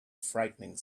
frightening